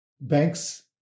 Banks